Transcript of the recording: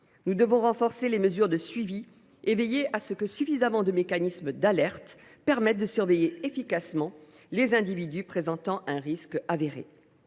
Nous devons renforcer les mesures de suivi et veiller à ce que suffisamment de mécanismes d’alerte permettent de surveiller efficacement les individus présentant un risque réel.